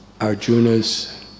Arjuna's